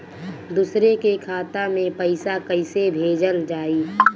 दूसरे के खाता में पइसा केइसे भेजल जाइ?